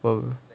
worth